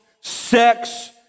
sex